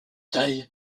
taille